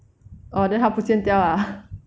orh then 他不见掉 ah